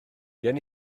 gen